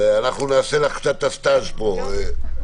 אנחנו נעשה לך קצת את הסטאז' פה.